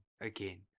again